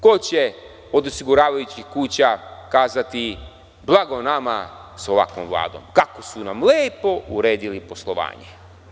Ko će od osiguravajućih kuća kazati – blago nama sa ovakvom Vladom, kako su nam lepo uredili poslovanje?